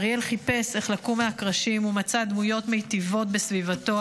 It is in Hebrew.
אריאל חיפש איך לקום מהקרשים ומצא דמויות מיטיבות בסביבתו,